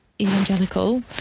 evangelical